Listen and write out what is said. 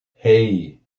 hei